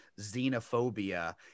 xenophobia